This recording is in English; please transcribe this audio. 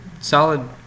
solid